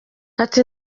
ati